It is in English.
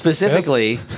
Specifically